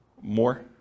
More